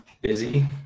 busy